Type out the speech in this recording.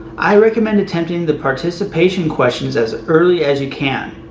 i recommend attempting the participation questions as early as you can.